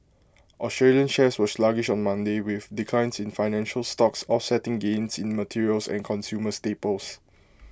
Australian shares were sluggish on Monday with declines in financial stocks offsetting gains in materials and consumer staples